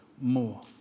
more